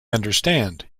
understand